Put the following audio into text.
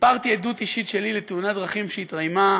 וסיפרתי עדות אישית שלי לתאונת דרכים שהתקיימה,